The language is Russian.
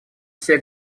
все